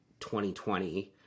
2020